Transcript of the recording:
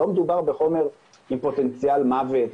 לא מדובר בחומר עם פוטנציאל מוות,